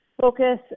focus